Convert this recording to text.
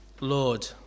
Lord